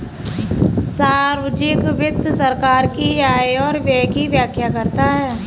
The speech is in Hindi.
सार्वजिक वित्त सरकार की आय और व्यय की व्याख्या करता है